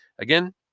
Again